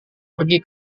pergi